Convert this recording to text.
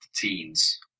teens